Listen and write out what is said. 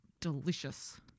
delicious